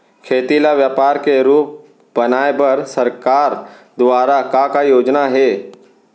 खेती ल व्यापार के रूप बनाये बर सरकार दुवारा का का योजना हे?